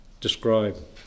describe